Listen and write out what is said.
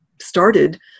started